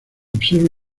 observa